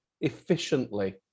efficiently